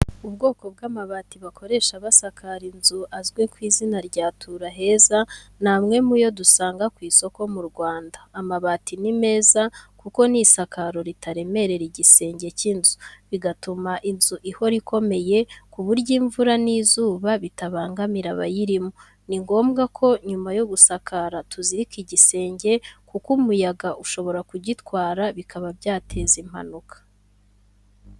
Ubwoko bw'amabati bakoresha basakara inzu azwi ku izina rya Tura Heza, ni amwe mu yo dusanga ku isoko mu Rwanda. Amabati ni meza kuko ni isakaro ritaremerera igisenge cy'inzu, bigatuma inzu ihora ikomeye, ku buryo imvura n’izuba bitabangamira abayirimo. Ni ngombwa ko nyuma yo gusakara tuzirika igisenge kuko umuyaga ushobora kugitwara bikaba byateza impanuka.